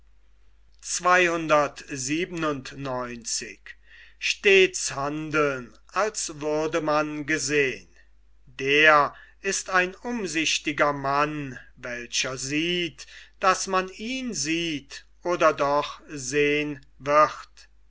der ist ein umsichtiger mann welcher sieht daß man ihn steht oder doch sehn wird